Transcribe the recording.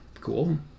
cool